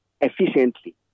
efficiently